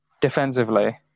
defensively